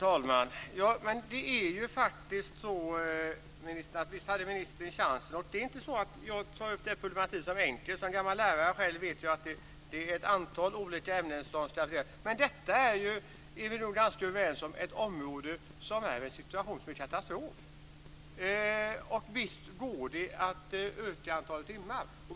Fru talman! Visst har ministern nu chansen. Det är inte så att jag tycker att problematiken är enkel. Som gammal lärare vet jag själv att det är ett antal olika ämnen som ska rymmas. Men vi är nog ganska överens om att detta är ett område där situationen är katastrofal. Visst går det att öka antalet timmar.